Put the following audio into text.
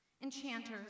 enchanters